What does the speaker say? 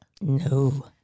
No